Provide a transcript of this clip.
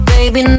Baby